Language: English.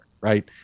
right